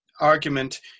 argument